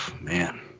man